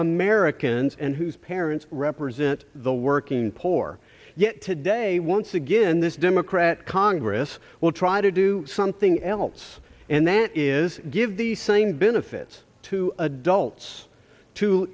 americans and whose parents represent the working poor yet today once again this democrat congress will try to do something else and that is give the same benefits to adults to